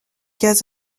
cas